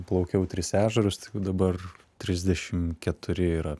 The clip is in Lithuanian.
plaukiau tris ežerus tai jau dabar trisdešimt keturi yra